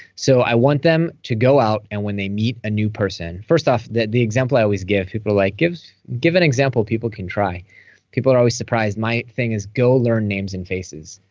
so i want them to go out, and when they meet a new person. first off, the the example i always give people, like give an example people can try people are always surprised. my thing is go learn names and faces.